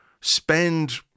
spend